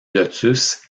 lotus